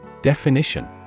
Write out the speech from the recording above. Definition